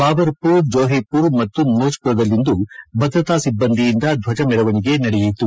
ಬಾಬರ್ಪುರ್ ಜೋಹ್ರಿಪುರ್ ಮತ್ತು ಮೌಜ್ಪುರದಲ್ಲಿಂದು ಭದ್ರತಾ ಸಿಭ್ಗಂದಿಯಿಂದ ಧ್ವಜ ಮೆರವಣಿಗೆ ನಡೆಯಿತು